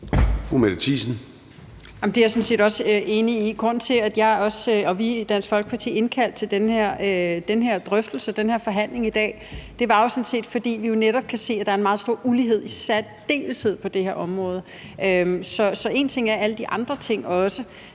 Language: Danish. sådan set også enig i. Grunden til, at jeg og vi i Dansk Folkeparti har indkaldt til den her forespørgsel og forhandling i dag, er jo sådan set, at vi netop kan se, at der i særdeleshed er meget stor ulighed på det her område. Så en ting er alle de andre ting,